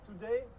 Today